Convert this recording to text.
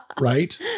Right